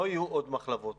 לא יהיו עוד מחלבות.